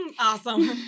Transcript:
Awesome